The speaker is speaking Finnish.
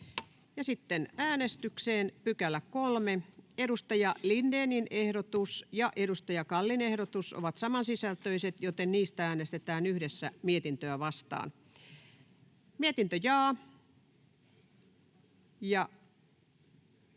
muuttamisesta Time: N/A Content: Edustaja Lindénin ehdotus ja edustaja Kallin ehdotus ovat samansisältöiset, joten niistä äänestetään yhdessä mietintöä vastaan. [Speech 4]